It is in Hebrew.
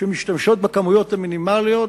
שמשתמשות בכמויות המינימליות,